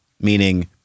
meaning